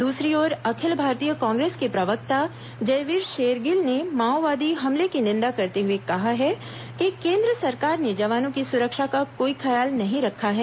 दूसरी ओर अखिल भारतीय कांग्रेस के प्रवक्ता जयवीर शेरगिल ने माओवादी हमले की निंदा करते हुए कहा है कि केंद्र सरकार ने जवानों की सुरक्षा का कोई ख्याल नहीं रखा है